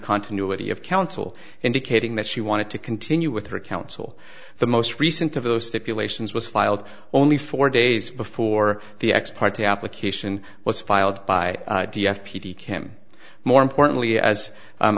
continuity of counsel indicating that she wanted to continue with her counsel the most recent of those stipulations was filed only four days before the ex parte application was filed by p d kim more importantly as